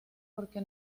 parque